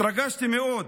התרגשתי מאוד